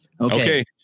okay